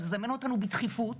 תזמנו אותנו בדחיפות,